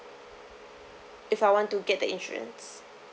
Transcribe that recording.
if I want to get the insurance